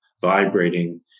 vibrating